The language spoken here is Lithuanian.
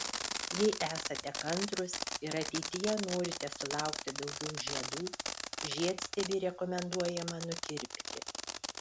jei esate kantrūs ir ateityje norite sulaukti daugiau žiedų žiedstiebį rekomenduojama nukirpti